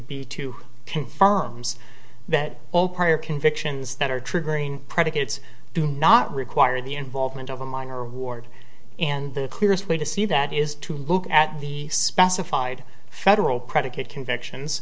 b two confirms that all prior convictions that are triggering predicates do not require the involvement of a minor ward and the clearest way to see that is to look at the specified federal predicate convictions